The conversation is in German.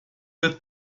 wird